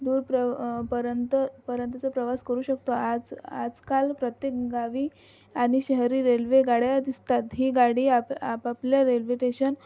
दूरप्र परंत पर्यंत प्रवास करू शकतो आज आजकाल प्रत्येक गावी आणि शहरी रेल्वेगाड्या दिसतात ही गाडी आप आपापल्या रेल्वेटेशन